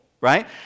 right